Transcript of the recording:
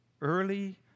early